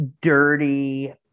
dirty